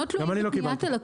גם אני לא קיבלתי.